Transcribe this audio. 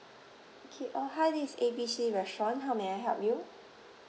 okay uh hi this is A B C restaurant how may I help you